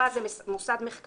היא אמרה: זה מוסד מחקר,